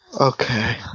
Okay